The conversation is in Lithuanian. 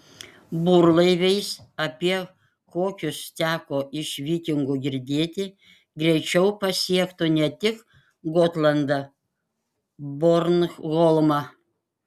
burlaiviais apie kokius teko iš vikingų girdėti greičiau pasiektų ne tik gotlandą bornholmą